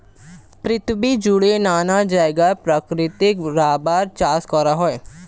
পৃথিবী জুড়ে নানা জায়গায় প্রাকৃতিক রাবার চাষ করা হয়